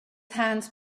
hands